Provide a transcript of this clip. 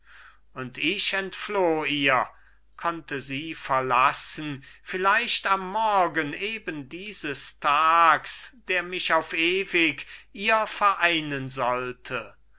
und ich entfloh ihr konnte sie verlassen vielleicht am morgen eben dieses tags der mich auf ewig ihr vereinen sollte